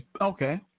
Okay